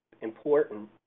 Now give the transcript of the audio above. important